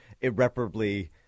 irreparably